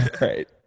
Right